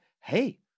hey